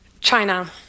China